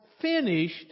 finished